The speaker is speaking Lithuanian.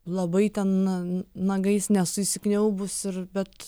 labai ten n nagais nesu įsikniaubus ir bet